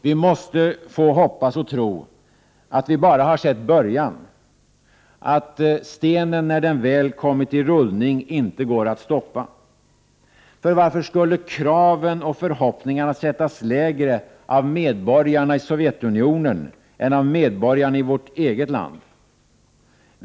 Vi måste få hoppas och tro att vi bara har sett början, att stenen när den väl kommit i rullning inte går att stoppa. För varför skulle kraven och förhoppningarna sättas lägre av medborgarna i Sovjetunionen än av medborgarna i vårt eget land?